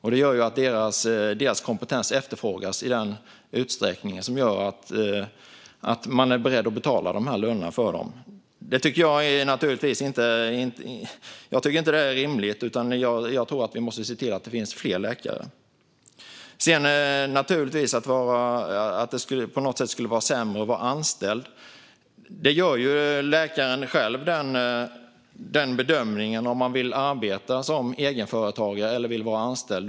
Detta gör att deras kompetens efterfrågas i en utsträckning som gör att man är beredd att betala de här summorna för dem. Jag tycker naturligtvis inte att det här är rimligt, utan jag tror att vi måste se till att det finns fler läkare. Angående frågan om det på något sätt skulle vara sämre att vara anställd är det läkaren själv som gör bedömningen om han eller hon vill arbeta som egenföretagare eller vara anställd.